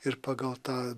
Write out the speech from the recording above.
ir pagal tą